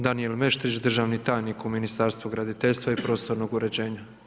Danijel Meštrić državni tajnik u Ministarstvu graditeljstva i prostornog uređenja.